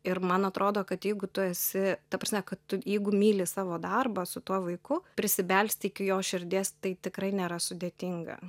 ir man atrodo kad jeigu tu esi ta prasme kad tu jeigu myli savo darbą su tuo vaiku prisibelst iki jo širdies tai tikrai nėra sudėtinga